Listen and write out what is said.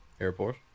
Airport